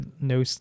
no